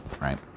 right